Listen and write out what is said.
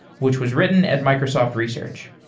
which was written at microsoft research.